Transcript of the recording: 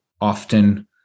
often